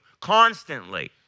constantly